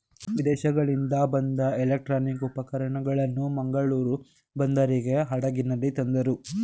ವಿದೇಶಗಳಿಂದ ಬಂದ ಎಲೆಕ್ಟ್ರಾನಿಕ್ ಉಪಕರಣಗಳನ್ನು ಮಂಗಳೂರು ಬಂದರಿಗೆ ಹಡಗಿನಲ್ಲಿ ತಂದರು